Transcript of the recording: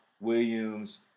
Williams